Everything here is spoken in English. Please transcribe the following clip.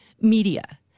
media